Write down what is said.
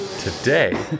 Today